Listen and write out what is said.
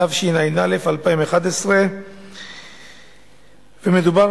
התשע"א 2011. מדובר